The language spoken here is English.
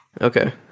Okay